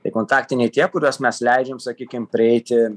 tai kontaktiniai tie kuriuos mes leidžiam sakykim prieiti